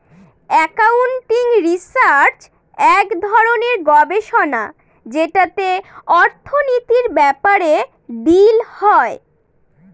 accounting research এক ধরনের গবেষণা যেটাতে অর্থনীতির ব্যাপারে ডিল হয়